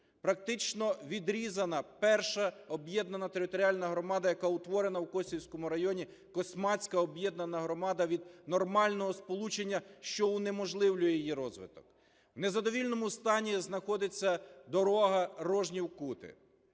Практично відрізана перша об'єднана територіальна громада, яка утворена в Косівському районі – Космацька об'єднана громада – від нормального сполучення, що унеможливлює її розвиток. В незадовільному стані знаходиться дорога Рожнів – Кути,